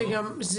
זה גם,